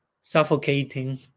suffocating